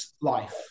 life